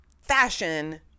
fashion